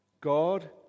God